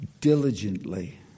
diligently